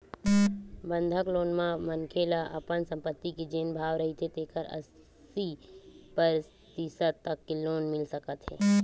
बंधक लोन म मनखे ल अपन संपत्ति के जेन भाव रहिथे तेखर अस्सी परतिसत तक के लोन मिल सकत हे